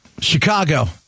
Chicago